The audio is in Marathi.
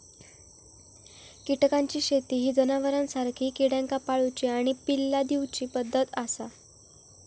कीटकांची शेती ही जनावरांसारखी किड्यांका पाळूची आणि पिल्ला दिवची पद्धत आसा